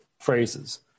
phrases